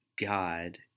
God